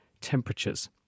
temperatures